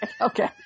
Okay